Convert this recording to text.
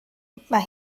mae